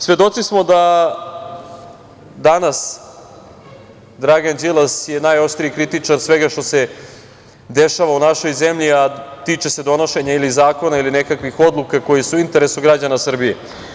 Svedoci smo da danas Dragan Đilas je najoštriji kritičar svega što se dešava u našoj zemlji, a tiče se donošenja ili zakona ili nekakvih odluka koje su u interesu građana Srbije.